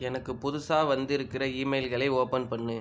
எனக்கு புதுசாக வந்திருக்கிற ஈமெயில்களை ஓப்பன் பண்ணு